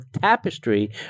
tapestry